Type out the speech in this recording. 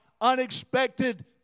unexpected